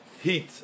heat